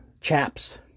chaps